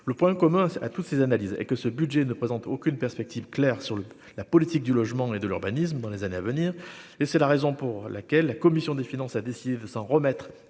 le point commun à toutes ces analyses et que ce budget ne présente aucune perspective claire sur le la politique du logement et de l'urbanisme dans les années à venir, et c'est la raison pour laquelle la commission des finances, a décidé de s'en remettre